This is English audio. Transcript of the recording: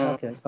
Okay